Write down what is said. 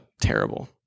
terrible